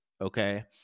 Okay